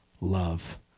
love